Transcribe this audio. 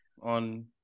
on